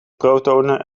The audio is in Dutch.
protonen